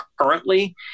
currently